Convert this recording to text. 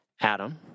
Adam